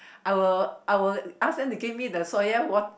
I will ask them to give me the soya